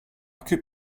could